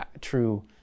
true